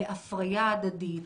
להפריה הדדית,